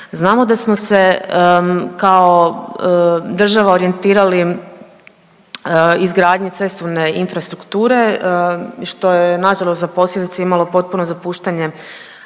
Znamo da smo se kao država orijentirali izgradnji cestovne infrastrukture što je nažalost za posljedice imalo potpuno zapuštanje